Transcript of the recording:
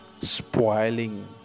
spoiling